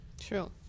True